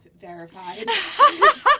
verified